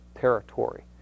territory